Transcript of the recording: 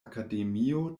akademio